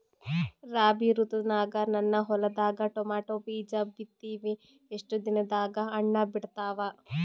ರಾಬಿ ಋತುನಾಗ ನನ್ನ ಹೊಲದಾಗ ಟೊಮೇಟೊ ಬೀಜ ಬಿತ್ತಿವಿ, ಎಷ್ಟು ದಿನದಾಗ ಹಣ್ಣ ಬಿಡ್ತಾವ?